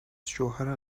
شوهر